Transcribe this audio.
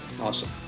Awesome